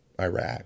Iraq